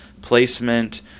placement